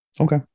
Okay